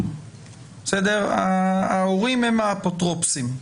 ההורים הם האפוטרופסים.